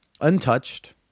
untouched